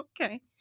okay